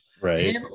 Right